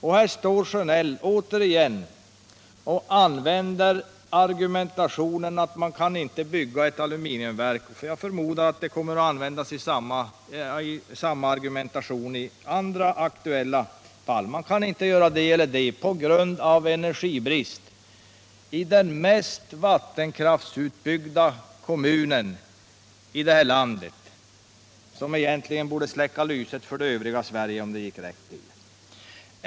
Men här står Bengt Sjönell återigen och använder argumentet att man inte kan bygga ett aluminiumverk på grund av energibrist. Jag förmodar att samma argument kommer att användas i andra aktuella fall. Det säger han när det gäller den mest vattenkraftsutbyggda kommunen i det här landet, som egentligen borde släcka lyset för det övriga Sverige om det gick rätt till.